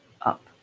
up